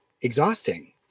exhausting